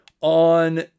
on